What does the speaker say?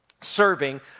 serving